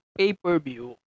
pay-per-view